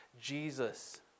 Jesus